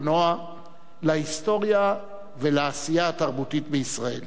להיסטוריה ולעשייה התרבותית בישראל.